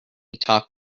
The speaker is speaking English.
talk